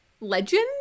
Legend